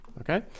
okay